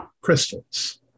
crystals